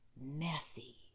messy